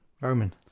Roman